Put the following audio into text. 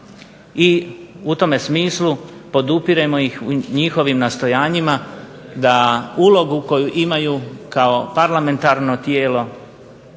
i u tome smislu podupiremo ih u njihovim nastojanjima da ulogu koju imaju kao parlamentarno tijelo